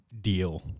deal